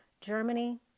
Germany